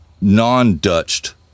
non-dutched